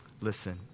Listen